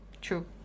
true